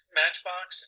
matchbox